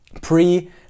pre